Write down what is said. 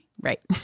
Right